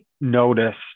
noticed